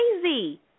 crazy